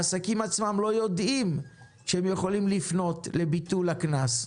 העסקים עצמם לא יודעים שהם יכולים לפנות לביטול הקנס,